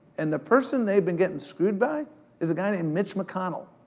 and the person they've been gettin' screwed by is a guy named mitch mcconnell.